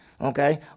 Okay